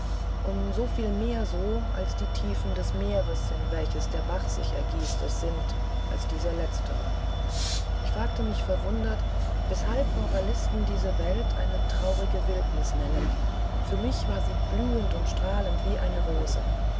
um soviel mehr so als die tiefen des meeres in welches der bach sich ergießt es sind als dieser letztere ich fragte mich verwundert weshalb moralisten diese welt eine traurige wildnis nennen für mich war sie blühend und strahlend wie eine rose